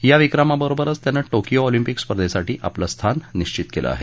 या विक्रमाबरोबरच त्यानं टोकयो ऑलिम्पिक स्पर्धेसाठी आपलं स्थान निश्चित केलं आहे